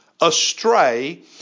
astray